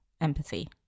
empathy